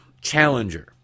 challenger